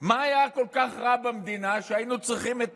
מה היה כל כך רע במדינה שהיינו צריכים את